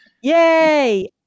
Yay